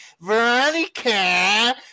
Veronica